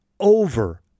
Over